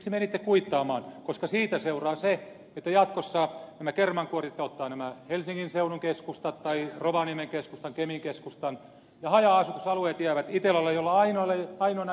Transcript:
miksi menitte kuittaamaan koska siitä seuraa se että jatkossa nämä kermankuorijat ottavat nämä helsingin seudun keskustat tai rovaniemen keskustan kemin keskustan ja haja asutusalueet jäävät itellalle jolle ainoana jää yleispalveluvelvoite